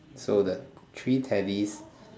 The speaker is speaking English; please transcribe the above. so that three Teddys